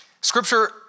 Scripture